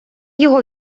його